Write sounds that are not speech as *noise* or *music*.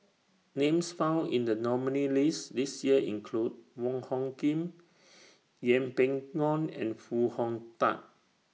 Names found in The nominees' list This Year include Wong Hung Khim *noise* Yeng Pway Ngon and Foo Hong Tatt